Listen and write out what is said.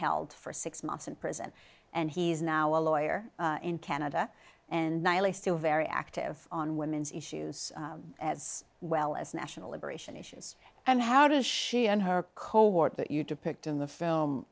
held for six months in prison and he's now a lawyer in canada and still very active on women's issues as well as national liberation issues and how does she and her cold war that you depict in the film